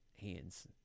hands